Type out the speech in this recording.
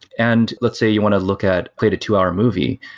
and let's say you want to look at, played a two-hour movie,